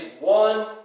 one